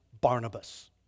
Barnabas